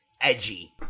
edgy